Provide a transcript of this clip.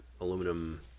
aluminum